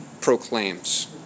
proclaims